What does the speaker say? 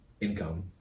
income